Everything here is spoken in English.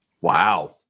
Wow